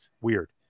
weird